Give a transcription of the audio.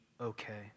okay